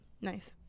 Nice